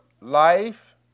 life